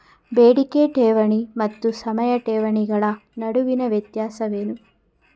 ಬೇಡಿಕೆ ಠೇವಣಿ ಮತ್ತು ಸಮಯ ಠೇವಣಿಗಳ ನಡುವಿನ ವ್ಯತ್ಯಾಸವೇನು?